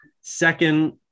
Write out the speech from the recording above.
Second